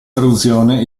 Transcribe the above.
traduzione